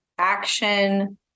action